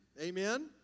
Amen